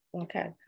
Okay